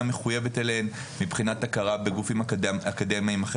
מחוייבת להן מבחינת הכרה בתארים אקדמיים.